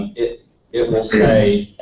it it will say,